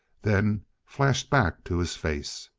then flashed back to his face.